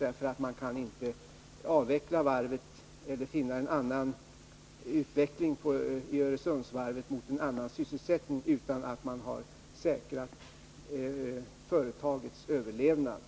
Man kan ju inte avveckla Öresundsvarvet eller utveckla en annan Nr 33 sysselsättning utan att man har säkrat företagets överlevnad.